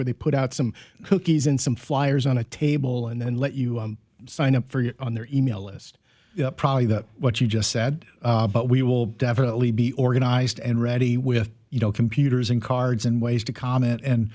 where they put out some cookies and some flyers on a table and then let you sign up for you on their e mail list probably that what you just said but we will definitely be organized and ready with you know computers and cards and ways to comment and